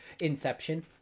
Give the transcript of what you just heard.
Inception